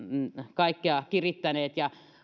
kaikkea kirittäneet ja